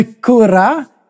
Kura